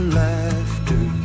laughter